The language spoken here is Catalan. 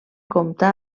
compta